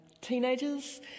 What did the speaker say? teenagers